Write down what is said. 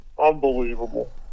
Unbelievable